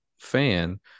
fan